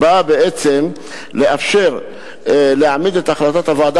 באה בעצם לאפשר להעמיד את החלטת הוועדה